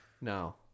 No